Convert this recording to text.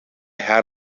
had